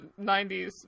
90s